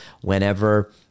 whenever